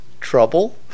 trouble